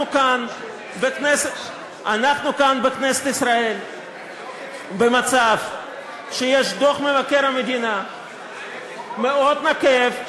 אנחנו כאן בכנסת ישראל במצב שיש דוח מבקר המדינה מאוד נוקב,